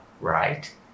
right